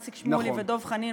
איציק שמולי ודב חנין,